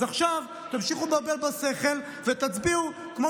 אז עכשיו תמשיכו לבלבל בשכל ותצביעו כמו